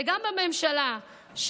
וגם בממשלה,